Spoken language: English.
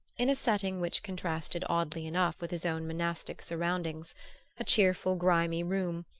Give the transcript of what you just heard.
in a setting which contrasted oddly enough with his own monastic surroundings a cheerful grimy room,